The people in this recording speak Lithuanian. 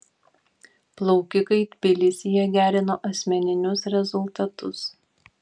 plaukikai tbilisyje gerino asmeninius rezultatus